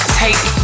take